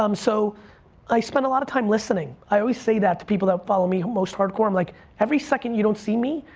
um so i spent a lot of time listening. i always say that to people that follow me who are most hardcore, like every second you don't see me,